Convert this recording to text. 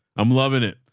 i'm loving it.